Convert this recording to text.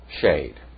shade